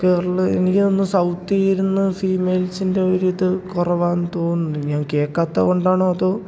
കേരളം എനിക്കു തോന്നുന്നു സൗത്തിൽ ഇരുന്ന് ഫീമെയിൽസിൻ്റെ ഒരിത് കുറവാണെന്ന് തോന്നുന്നു ഞാൻ കേൾക്കാത്തതുകൊണ്ടാണോ അതോ